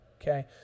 Okay